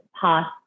past